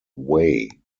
way